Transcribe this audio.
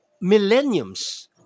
Millenniums